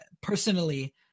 personally